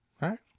Right